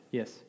yes